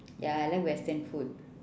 ya I like western food